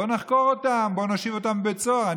בואו נחקור אותם, בואו נושיב אותם בבית סוהר.